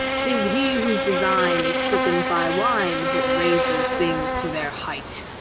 tis he whose design is quickened by wine that raises things to their height.